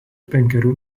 penkerių